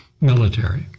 military